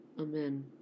Amen